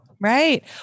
Right